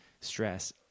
stress